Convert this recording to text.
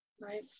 right